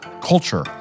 culture